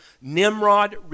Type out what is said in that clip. Nimrod